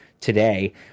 today